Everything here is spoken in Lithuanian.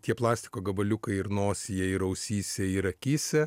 tie plastiko gabaliukai ir nosyje ir ausyse ir akyse